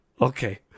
okay